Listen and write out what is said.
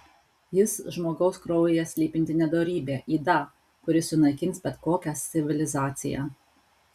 jis žmogaus kraujyje slypinti nedorybė yda kuri sunaikins bet kokią civilizaciją